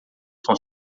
com